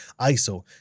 iso